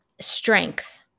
strength